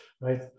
right